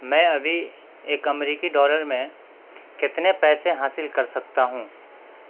میں ابھی ایک امریکی ڈالر میں کتنے پیسے حاصل کر سکتا ہوں